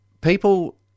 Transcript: people